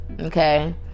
okay